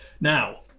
Now